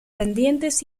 pendientes